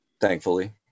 thankfully